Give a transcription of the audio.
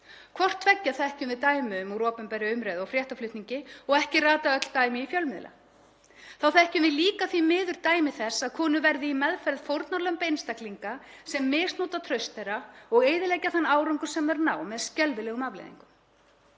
Hvort tveggja þekkjum við dæmi um úr opinberri umræðu og fréttaflutningi og ekki rata öll dæmi í fjölmiðla. Þá þekkjum við líka því miður dæmi þess að konur verði í meðferð fórnarlömb einstaklinga sem misnota traust þeirra og eyðileggja þann árangur sem þær ná með skelfilegum afleiðingum.